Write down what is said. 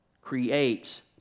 creates